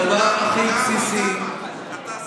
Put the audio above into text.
כמה, כמה?